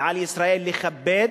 ועל ישראל לכבד